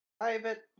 Private